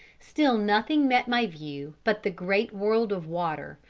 still nothing met my view but the great world of water,